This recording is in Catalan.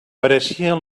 pareixia